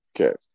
Okay